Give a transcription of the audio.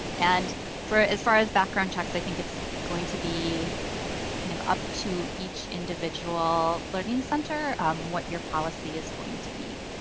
and as far as background checks i think it's going to be kind of up to each individual learning center what your policy is going to be.